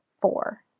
four